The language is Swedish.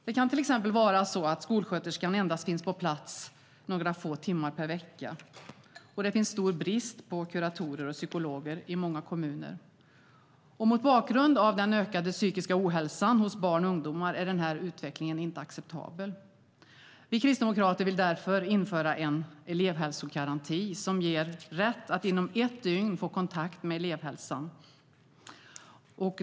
Det kan till exempel vara så att skolsköterskan endast finns på plats några få timmar per vecka. Det råder också stor brist på kuratorer och psykologer i många kommuner. Mot bakgrund av den ökande psykiska ohälsan hos barn och ungdomar är denna utveckling inte acceptabel. Vi kristdemokrater vill därför införa en elevhälsogaranti som ger rätt att inom ett dygn få kontakt med elevhälsan.